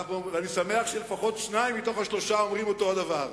אני שמח שלפחות שניים מתוך השלושה אומרים אותו הדבר.